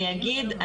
אני אגיד,